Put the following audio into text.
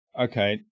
okay